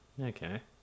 okay